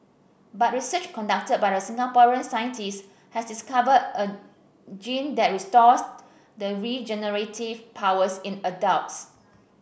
but research conducted by a Singaporean scientist has discovered a gene that restores the regenerative powers in adults